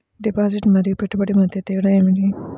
Deposit మరియు పెట్టుబడి మధ్య తేడా ఏమిటి?